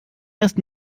erst